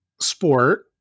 sport